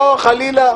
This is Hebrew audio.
נבדוק את העניין הזה,